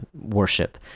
worship